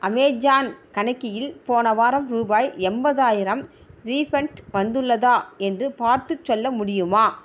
Amazon கணக்கில் போன வாரம் ரூபாய் எண்பதாயிரம் ரீஃபண்ட் வந்துள்ளதா என்று பார்த்துச் சொல்ல முடியுமா